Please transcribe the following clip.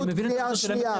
רות, קריאה שנייה.